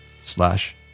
slash